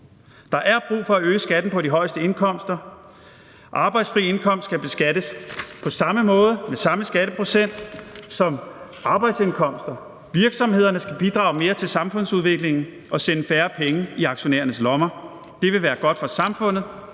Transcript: Der er brug for at øge skatten på de højeste indkomster. Arbejdsfri indkomst skal beskattes på samme måde og med samme skatteprocent som arbejdsindkomster. Virksomhederne skal bidrage mere til samfundsudviklingen og sende færre penge i aktionærernes lommer. Det vil være godt for samfundet,